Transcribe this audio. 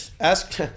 ask